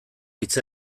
hitz